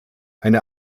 eine